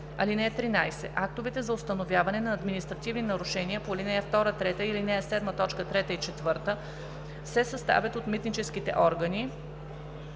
13: „(13) Актовете за установяване на административни нарушения по ал. 2, 3 и ал. 7, т. 3 и 4 се съставят от митническите органи,